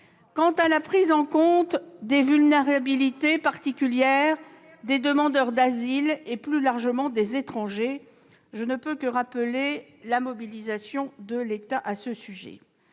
Quant à la prise en compte des vulnérabilités particulières des demandeurs d'asile, et plus largement des étrangers, je ne peux que rappeler la mobilisation du Gouvernement à ce sujet.